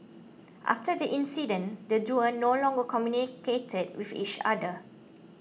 after the incident the duo no longer communicated with each other